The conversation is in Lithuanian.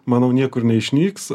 manau niekur neišnyks